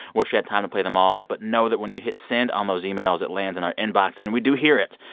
wish we had time to play them all, but know that when you hit send on those emails, it lands in our inbox, and we do hear it.